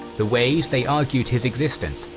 the ways they argued his existence,